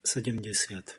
sedemdesiat